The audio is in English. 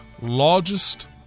largest